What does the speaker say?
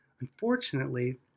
Unfortunately